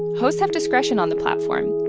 hosts have discretion on the platform,